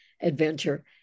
adventure